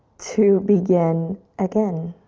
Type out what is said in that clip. to begin again.